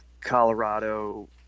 Colorado